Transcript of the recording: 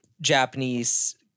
Japanese